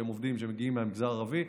שמגיעים מהמגזר הערבי,